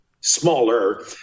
smaller